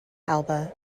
alba